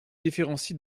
différencie